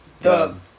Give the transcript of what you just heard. Dub